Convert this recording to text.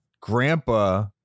Grandpa